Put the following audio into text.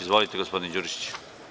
Izvolite gospodine Đurišiću.